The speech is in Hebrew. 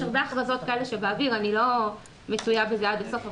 יש הרבה הכרזות כאלה באוויר אני לא מצויה בזה עד הסוף,